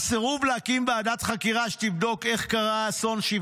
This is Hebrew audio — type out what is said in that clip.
"הסירוב להקים ועדת חקירה שתבדוק איך קרה אסון 7